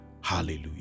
Hallelujah